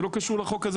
זה לא קשור לחוק הזה,